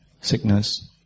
sickness